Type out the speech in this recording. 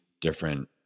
different